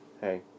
Hey